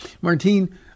Martine